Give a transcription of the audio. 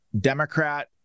Democrat